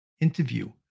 interview